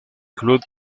club